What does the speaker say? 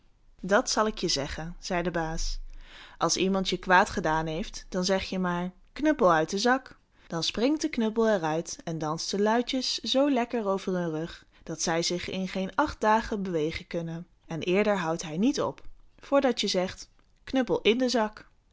dat zal ik je zeggen zei de baas als iemand je kwaad gedaan heeft dan zeg je maar knuppel uit de zak dan springt de knuppel er uit en danst de luitjes zoo lekker over hun rug dat zij zich in geen acht dagen bewegen kunnen en eerder houdt hij niet op voordat je zegt knuppel in de zak